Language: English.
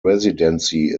residency